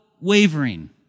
wavering